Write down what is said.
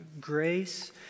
grace